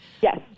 Yes